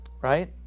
right